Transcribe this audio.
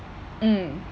mm